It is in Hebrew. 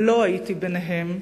ולא הייתי ביניהם,